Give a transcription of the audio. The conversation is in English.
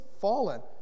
fallen